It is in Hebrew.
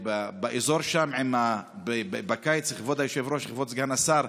שם, כבוד היושב-ראש, כבוד סגן השר,